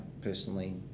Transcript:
personally